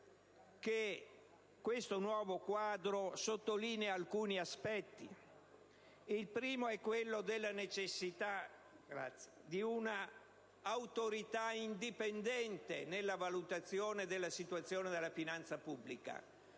che questo nuovo quadro sottolinea alcuni aspetti. Il primo è quello della necessità di un'autorità indipendente nella valutazione della situazione della finanza pubblica: